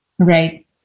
Right